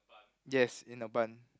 yes in a bun